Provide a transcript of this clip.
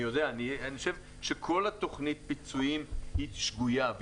אני חושב שכל תוכנית הפיצויים היא שגויה,